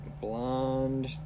Blonde